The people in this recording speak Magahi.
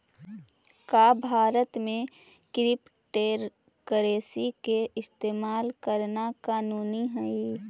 का भारत में क्रिप्टोकरेंसी के इस्तेमाल करना कानूनी हई?